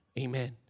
Amen